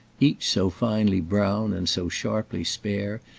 each so finely brown and so sharply spare,